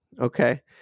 Okay